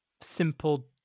simple